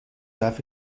طرف